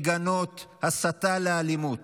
לגנות הסתה לאלימות,